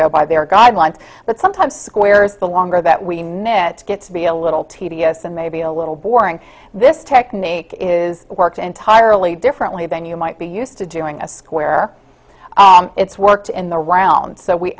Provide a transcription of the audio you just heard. by their guidelines but sometimes square is the longer that we met gets to be a little tedious and maybe a little bit this technique is worked entirely differently than you might be used to doing a square it's worked in the round so we